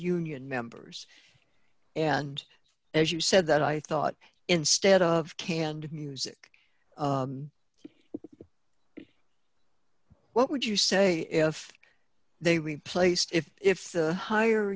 union members and as you said that i thought instead of canned music what would you say if they replaced it if the higher